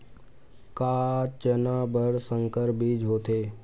का चना बर संकर बीज होथे?